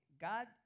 God